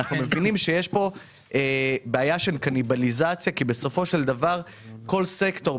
אנחנו מבינים שיש פה בעיה של קניבליזציה כי בסופו של דבר כל סקטור,